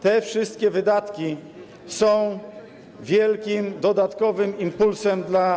Te wszystkie wydatki są wielkim, dodatkowym impulsem dla tych.